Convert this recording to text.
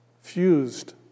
fused